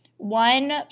one